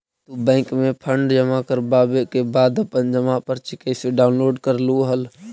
तू बैंक में फंड जमा करवावे के बाद अपन जमा पर्ची कैसे डाउनलोड करलू हल